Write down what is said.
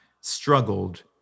struggled